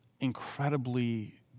incredibly